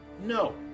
no